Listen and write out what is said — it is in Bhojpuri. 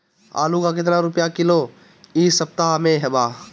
आलू का कितना रुपया किलो इह सपतह में बा?